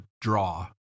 draw